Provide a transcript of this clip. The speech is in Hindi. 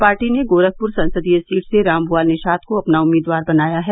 पार्टी ने गोरखपुर संसदीय सीट से रामभुआल निषाद को अपना उम्मीदवार बनाया है